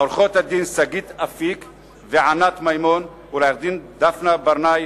לעורכות-הדין שגית אפיק וענת מימון ולעורכת-הדין דפנה ברנאי,